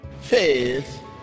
Faith